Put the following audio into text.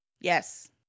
Yes